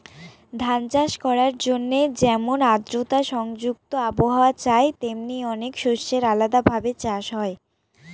ধান চাষ করার জন্যে যেমন আদ্রতা সংযুক্ত আবহাওয়া চাই, তেমনি অনেক শস্যের আলাদা ভাবে চাষ হয়